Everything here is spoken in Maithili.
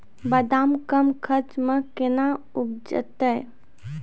बादाम कम खर्च मे कैना उपजते?